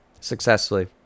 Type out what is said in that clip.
successfully